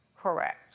Correct